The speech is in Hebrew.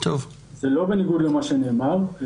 זה לא בניגוד למה שאמר.